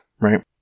right